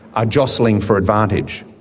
are jostling for advantage.